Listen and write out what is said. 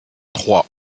trois